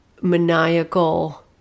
maniacal